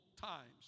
times